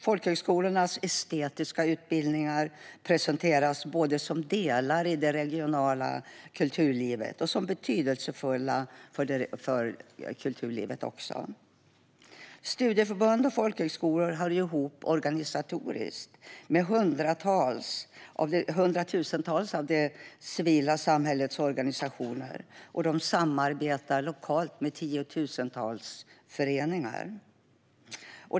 Folkhögskolornas estetiska utbildningar presenteras både som delar i det regionala kulturlivet och som betydelsefulla för det regionala kulturlivet. Studieförbund och folkhögskolor hör ihop organisatoriskt med hundratusentals av det civila samhällets organisationer och de samarbetar lokalt med tiotusentals föreningar.